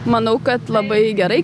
manau kad labai gerai